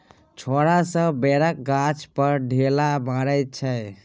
छौरा सब बैरक गाछ पर ढेला मारइ छै